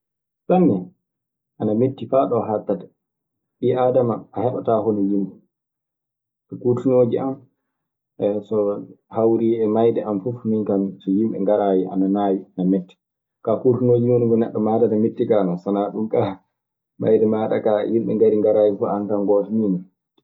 Sanne, ana metti faa ɗo haaɗata. Ɓii aadamaa heɓataa hono yimɓe. So kurtuŋooji an e so hawri e maayde an fuu min kaa so yimɓe ngaraayi ana naawi, ana metti. Kaa kurtuŋooji nii woni ko neɗɗo maatata metti kaa non. So wanaa ɗun kaa, maayde maaɗa yimɓe ngarii ngaraayi fuu aan tan gooto nii non.